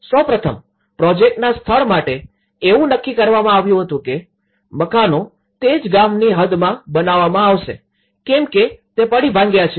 સૌપ્રથમ પ્રોજેક્ટના સ્થળ માટે એવું નક્કી કરવામાં આવ્યું હતું કે મકાનો તે જ ગામની હદમાં બનાવવામાં આવશે કેમ કે તે પડી ભાંગ્યા છે